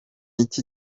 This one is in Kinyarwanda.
iki